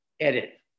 edit